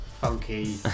funky